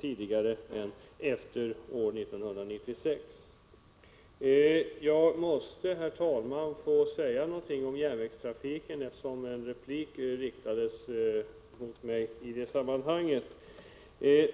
tidigare än fr.o.m. 1996. Jag måste, herr talman, få säga några ord om järnvägstrafiken, eftersom en replik riktades mot mig i det sammanhanget.